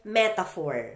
metaphor